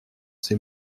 ces